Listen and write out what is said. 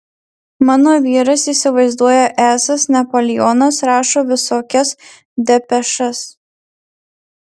mano vyras įsivaizduoja esąs napoleonas rašo visokias depešas